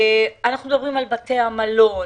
אנחנו מדברים על בתי המלון,